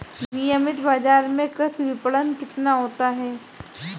नियमित बाज़ार में कृषि विपणन कितना होता है?